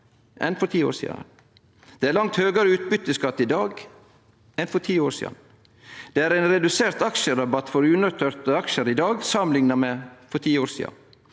enn for ti år sidan. Det er langt høgare utbyteskatt i dag enn for ti år sidan. Det er ein redusert aksjerabatt for unoterte aksjar i dag samanlikna med for ti år sidan.